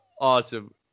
Awesome